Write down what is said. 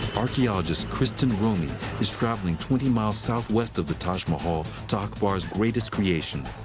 archaeologist kristin romey is traveling twenty miles southwest of the taj mahal to akbar's greatest creation,